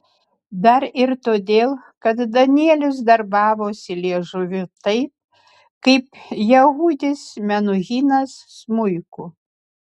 dar ir todėl kad danielius darbavosi liežuviu taip kaip jehudis menuhinas smuiku